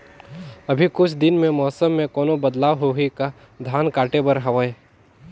अभी कुछ दिन मे मौसम मे कोनो बदलाव होही का? धान काटे बर हवय?